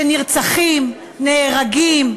שיש עליו קונסנזוס,